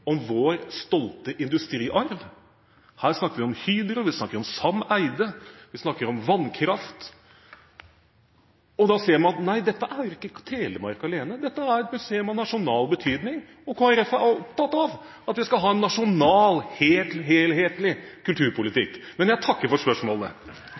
om vår stolte industriarv. Her snakker vi om Hydro, vi snakker om Sam Eyde, vi snakker om vannkraft. Da ser man at dette er ikke Telemark alene. Dette er et museum av nasjonal betydning, og Kristelig Folkeparti er opptatt av at vi skal ha en helhetlig nasjonal